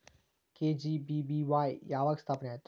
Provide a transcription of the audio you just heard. KGBVY ಯಾವಾಗ ಸ್ಥಾಪನೆ ಆತು?